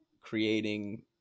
creating